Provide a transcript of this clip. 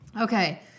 Okay